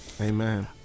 Amen